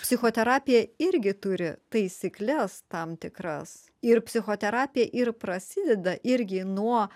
psichoterapija irgi turi taisykles tam tikras ir psichoterapija ir prasideda irgi nuo